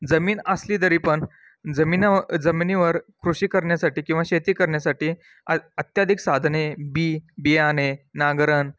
जमीन असली तरी पण जमीन जमिनीवर कृषी करण्यासाठी किंवा शेती करन्यासाठी आ अत्याधिक साधने बी बियाने नांगरण